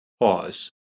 Pause